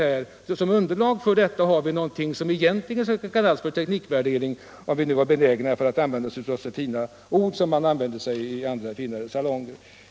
Såsom underlag har vi någonting som vi egentligen skulle kunna kalla teknikvärdering, om vi nu var benägna att använda oss av så fina ord som man använder i andra finare salonger.